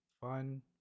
fun